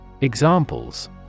Examples